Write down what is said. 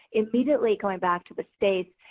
immediately, going back to the state,